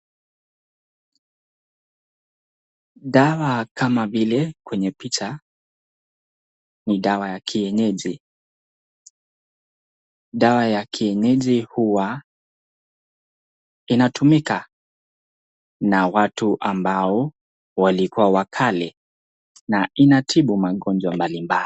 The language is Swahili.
Dawa kama vile kwenye picha, ni dawa ya kienyeji. Dawa ya kienyeji huwa inatumika na watu ambao walikuwa wa kale, na inatibu magonjwa mbalimbali.